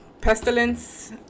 pestilence